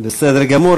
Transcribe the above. בסדר גמור,